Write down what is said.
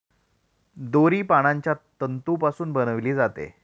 दोरी पानांच्या तंतूपासून बनविली जाते